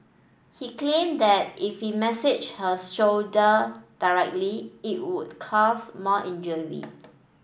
he claimed that if he massaged her shoulder directly it would cause more injury